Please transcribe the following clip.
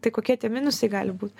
tai kokie tie minusai gali būt